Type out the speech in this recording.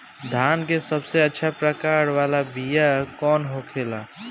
धान के सबसे अच्छा प्रकार वाला बीया कौन होखेला?